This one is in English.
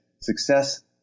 success